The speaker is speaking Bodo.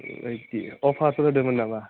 एइटि अफारफोर होदोंमोन नामा